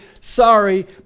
Sorry